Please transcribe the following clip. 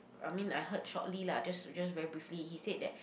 I mean I heard shortly lah just just very briefly he said that